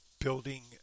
building